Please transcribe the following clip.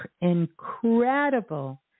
incredible